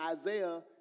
Isaiah